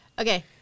Okay